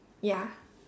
ya